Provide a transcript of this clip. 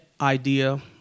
Idea